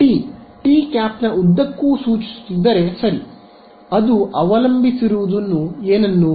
T T cap ನ ಉದ್ದಕ್ಕೂ ಸೂಚಿಸುತ್ತಿದ್ದರೆ ಸರಿ ಅದು ಅವಲಂಬಿಸಿರುವುದು ಏನನ್ನು